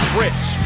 rich